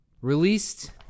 Released